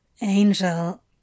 Angel